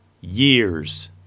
years